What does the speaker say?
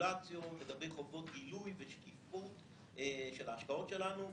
ורגולציות לגבי חובות הגילוי והשקיפות של ההשקעות שלנו.